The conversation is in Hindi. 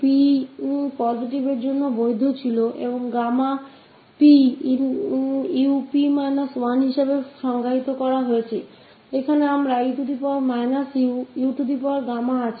यह वैद्य है पॉजिटिव p और यह Γ𝑝 𝑢𝑝−1 परिभासित है